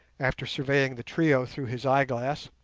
after surveying the trio through his eyeglass,